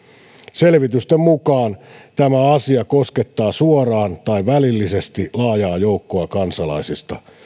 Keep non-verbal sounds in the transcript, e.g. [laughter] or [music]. selvitysten mukaan [unintelligible] [unintelligible] [unintelligible] tämä asia koskettaa suoraan tai välillisesti laajaa joukkoa kansalaisista